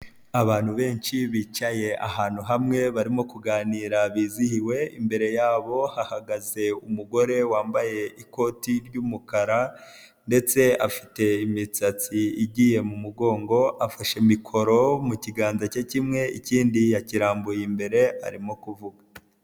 Abantu benshi bicaye ahantu hamwe barimo kuganira bizihiwe. Imbere yabo hahagaze umugore wambaye ikoti ry'umukara ndetse afite imisatsi igiye mu mugongo. Afashe mikoro mu kiganza ke kimwe, ikindi yakirambuye imbere arimo kuvuga.